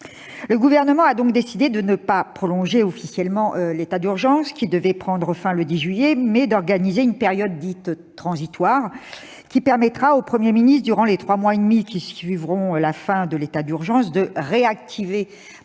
Le Gouvernement a décidé de ne pas prolonger officiellement l'état d'urgence sanitaire, qui devait prendre fin le 10 juillet, mais d'organiser une période dite « transitoire », qui permettra au Premier ministre, durant les trois mois et demi qui suivront la fin de l'état d'urgence, de réactiver